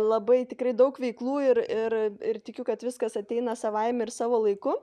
labai tikrai daug veiklų ir ir ir tikiu kad viskas ateina savaime ir savo laiku